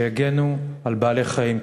שיגנו על בעלי-חיים.